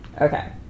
Okay